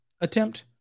attempt